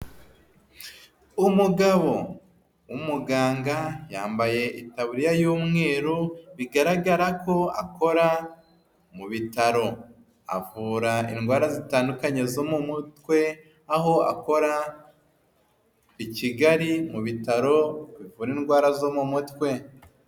Umugabo w'umuganga yambaye itaburiya y'umweru, bigaragara ko akora mu bitaro. Avura indwara zitandukanye zo mu mutwe, aho akora i Kigali mu bitaro bivura indwara zo mu mutwe.